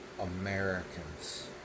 Americans